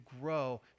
grow